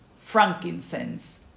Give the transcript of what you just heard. frankincense